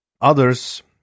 Others